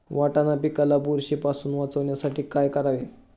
वाटाणा पिकाला बुरशीपासून वाचवण्यासाठी काय करावे?